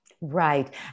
Right